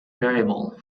variable